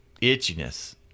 itchiness